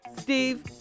Steve